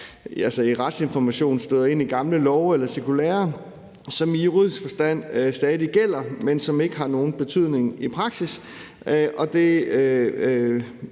på retsinformation.dk støder ind i gamle love eller cirkulærer, som i juridisk forstand stadig gælder, men som ikke har nogen betydning i praksis? Det